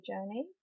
journey